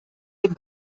dem